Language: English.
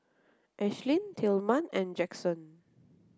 Ashlynn Tilman and Jaxson